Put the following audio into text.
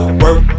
work